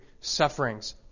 sufferings